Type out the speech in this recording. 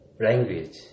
language